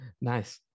Nice